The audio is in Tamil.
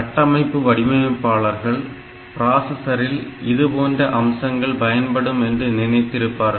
கட்டமைப்பு வடிவமைப்பாளர்கள் பிராசஸரில் இதுபோன்ற அம்சங்கள் பயன்படும் என்று நினைத்திருப்பார்கள்